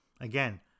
Again